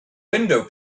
window